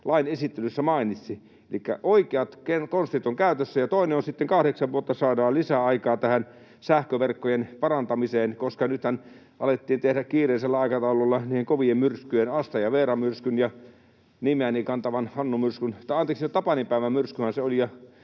lain esittelyssä mainitsi, elikkä oikeat keinot ja konstit ovat käytössä. Toinen on sitten se, että saadaan kahdeksan vuotta lisäaikaa tähän sähköverkkojen parantamiseen, koska nythän alettiin tehdä kiireisellä aikataululla niiden kovien myrskyjen jälkeen, Asta- ja Veera-myrskyn ja nimeäni kantavan Hannu-myrskyn — tai anteeksi, tapaninpäivän myrskyhän se oli.